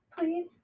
Please